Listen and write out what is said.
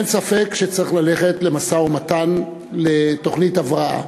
אין ספק שצריך ללכת למשא-ומתן, לתוכנית הבראה,